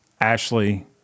Ashley